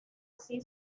así